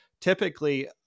typically